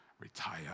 retire